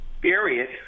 period